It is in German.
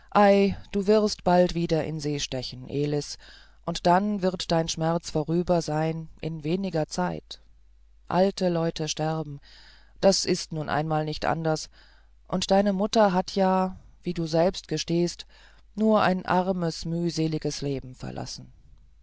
du wirst bald wieder in see stechen elis und dann wird dein schmerz vorüber sein in weniger zeit alte leute sterben das ist nun einmal nicht anders und deine mutter hat ja wie du selbst gestehst nur ein armes mühseliges leben verlassen